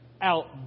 out